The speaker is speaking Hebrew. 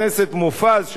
שהיה אז שר ביטחון,